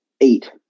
eight